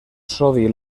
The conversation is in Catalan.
sodi